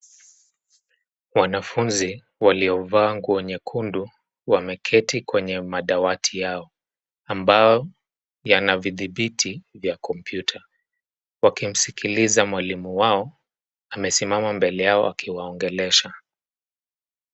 Wanafunzi waliovaa nguo nyekundu wameketi kwenye madawati yao ambayo yanavithibiti vya kompyuta wakimsikiliza mwalimu wao amesimama mbele yao akiwaongelesha